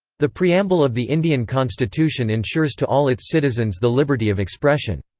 the preamble of the indian constitution ensures to all its citizens the liberty of expression.